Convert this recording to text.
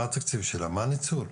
מה התקציב שלה ומה הניצול.